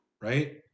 right